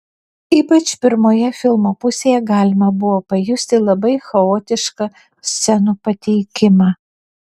ypač pirmoje filmo pusėje galima buvo pajusti labai chaotišką scenų pateikimą